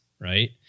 right